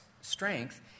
strength